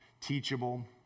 teachable